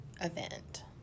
event